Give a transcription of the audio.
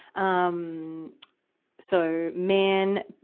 um so, man,